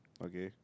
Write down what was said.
okay